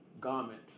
garment